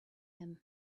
him